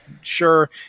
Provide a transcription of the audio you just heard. sure